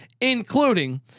including